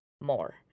more